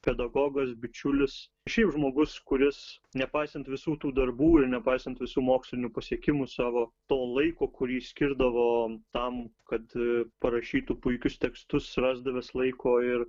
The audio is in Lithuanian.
pedagogas bičiulis šiaip žmogus kuris nepaisant visų tų darbų ir nepaisant visų mokslinių pasiekimų savo to laiko kurį skirdavo tam kad parašytų puikius tekstus rasdavęs laiko ir